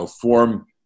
form